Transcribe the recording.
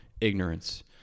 ignorance